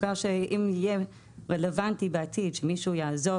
בגלל שאם בעתיד יהיה רלוונטי שמישהו יעזוב